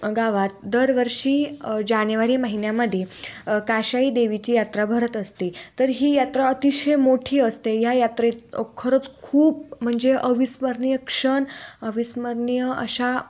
गावात दरवर्षी जानेवारी महिन्यामध्ये काशाई देवीची यात्रा भरत असते तर ही यात्रा अतिशय मोठी असते या यात्रेत खरंच खूप म्हणजे अविस्मरणीय क्षण अविस्मरणीय अशा